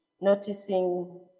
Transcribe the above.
noticing